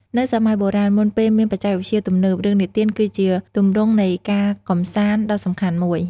នៅសម័យបុរាណ មុនពេលមានបច្ចេកវិទ្យាទំនើប រឿងនិទានគឺជាទម្រង់នៃការកម្សាន្តដ៏សំខាន់មួយ ។